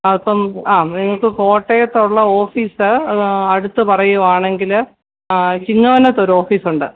അപ്പം ആ നിങ്ങള്ക്ക് കോട്ടയത്തുള്ള ഓഫീസ് അടുത്ത് പറയുകയാണെങ്കില് ചിങ്ങവനത്തൊരു ഓഫീസുണ്ട്